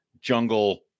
jungle